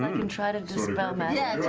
try to dispel magic.